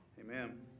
Amen